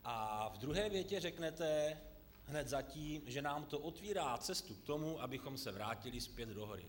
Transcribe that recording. A ve druhé větě řeknete hned za tím, že nám to otevírá cestu k tomu, abychom se vrátili zpět do hry.